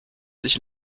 sich